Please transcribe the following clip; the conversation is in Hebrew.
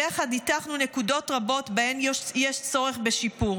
ויחד ניתחנו נקודות רבות שבהן יש צורך בשיפור.